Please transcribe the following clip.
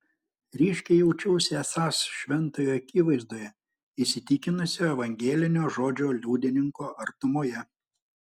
ryškiai jaučiausi esąs šventojo akivaizdoje įsitikinusio evangelinio žodžio liudininko artumoje